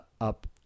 Up